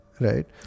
right